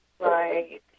Right